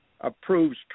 approves